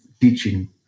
teaching